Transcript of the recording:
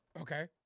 Okay